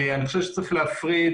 אני חושב שצריך להפריד,